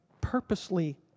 purposely